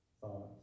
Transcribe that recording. thoughts